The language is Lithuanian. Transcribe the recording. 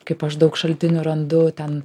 kaip aš daug šaltinių randu ten